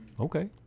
Okay